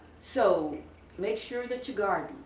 so make sure that you garden.